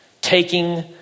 Taking